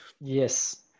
Yes